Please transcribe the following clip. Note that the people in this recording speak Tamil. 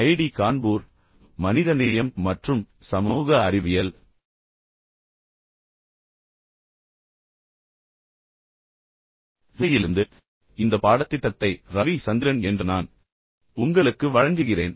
ஐஐடி கான்பூர் மனிதநேயம் மற்றும் சமூக அறிவியல் துறையிலிருந்து இந்த பாடத்திட்டத்தை ரவி சந்திரன் என்ற நான் உங்களுக்கு வழங்குகிறேன்